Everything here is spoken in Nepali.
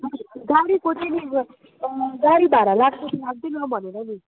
गाडी भाडा लाग्छ कि लाग्दैन भनेर नि